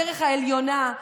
הדרך העליונה.